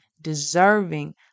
deserving